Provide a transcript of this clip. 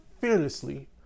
fearlessly